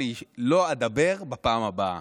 אני לא אדבר בפעם הבאה,